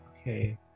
Okay